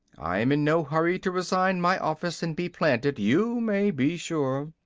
i am in no hurry to resign my office and be planted, you may be sure.